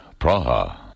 Praha